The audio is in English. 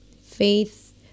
Faith